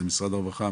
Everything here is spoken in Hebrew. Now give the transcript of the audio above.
זה משרד הרווחה,